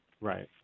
Right